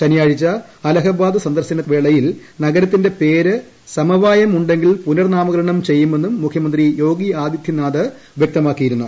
ശനിയാഴ്ച അലഹബാദ് സന്ദർശന വേളയിൽ നഗരത്തിന്റെ പ്രേര് സമവായം ഉണ്ടെങ്കിൽ പുനർനാമകരണം ചെയ്യുമെന്നും മുപ്പുമുന്തി യോഗി ആദിത്യനാഥ് വ്യക്തമാക്കിയിരുന്നു